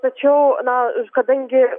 tačiau na kadangi